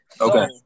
okay